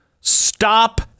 stop